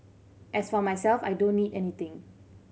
as for myself I don't need anything